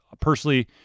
personally